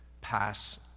pass